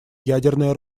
ядерное